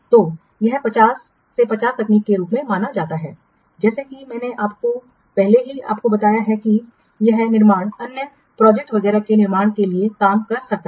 तो यह 50 से 50 तकनीक के रूप में जाना जाता है जैसा कि मैंने पहले ही आपको बताया है कि यह निर्माण अन्य परियोजनाओं वगैरह के निर्माण के लिए काम कर सकता है